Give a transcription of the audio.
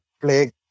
play